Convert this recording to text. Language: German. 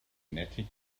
nette